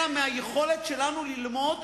אלא ביכולת שלנו ללמוד,